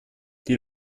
die